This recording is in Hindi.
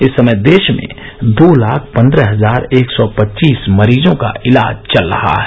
इस समय देश में दो लाख पन्द्रह हजार एक सौ पच्चीस मरीजों का इलाज चल रहा है